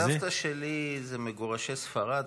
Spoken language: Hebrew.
סבתא שלי ממגורשי ספרד,